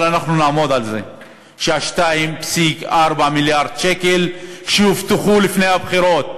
אבל אנחנו נעמוד על זה ש-2.4 מיליארד השקל שהובטחו לפני הבחירות,